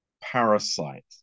parasite